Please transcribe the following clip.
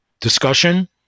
discussion